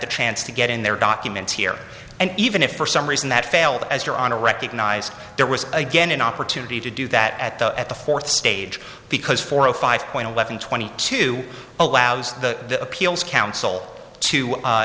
the chance to get in their documents here and even if for some reason that failed as your honor recognized there was again an opportunity to do that at the at the fourth stage because for a five point eleven twenty two allows the appeals counsel to